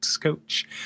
coach